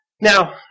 Now